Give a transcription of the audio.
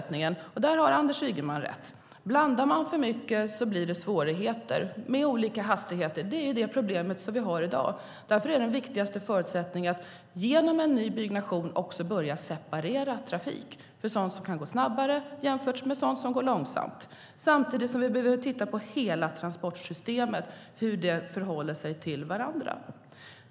Här har Anders Ygeman rätt. Blandar man för mycket blir det svårigheter med olika hastigheter. Det är det problem vi har i dag. Därför är den viktigaste förutsättningen att genom en ny byggnation börja separera trafik i sådan som kan gå snabbare och sådan som kan gå långsamt. Samtidigt behöver vi titta på hela transportsystemet och hur transporterna förhåller sig till varandra.